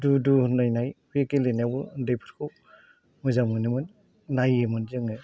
दु दु होनलायनाय बे गेलेनायावबो उन्दैफोरखौ मोजां मोनोमोन नायोमोन जोङो